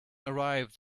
arrive